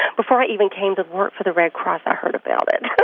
and before i even came to work for the red cross, i heard about it so